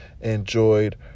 enjoyed